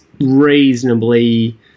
reasonably